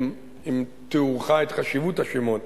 אני מסכים עם תיאורך את חשיבות השמות.